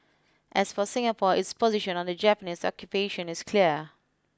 as for Singapore its position on the Japanese occupation is clear